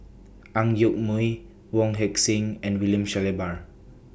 Ang Yoke Mooi Wong Heck Sing and William Shellabear